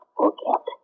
forget